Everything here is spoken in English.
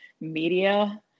media